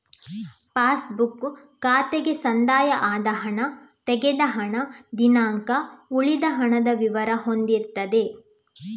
pass book ಖಾತೆಗೆ ಸಂದಾಯ ಆದ ಹಣ, ತೆಗೆದ ಹಣ, ದಿನಾಂಕ, ಉಳಿದ ಹಣದ ವಿವರ ಹೊಂದಿರ್ತದೆ